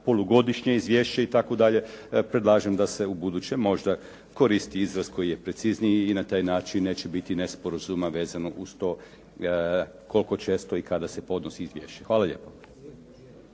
polugodišnje izvješće itd. Predlažem da se u buduće možda koristi izraz koji je precizniji i na taj način neće biti nesporazuma vezano uz to koliko često i kada se podnosi izvješće. Hvala lijepo.